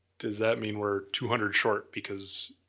does that mean we're two hundred short because.